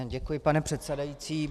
Děkuji, pane předsedající.